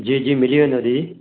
जी जी मिली वेंदो दीदी